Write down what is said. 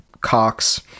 Cox